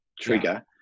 trigger